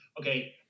Okay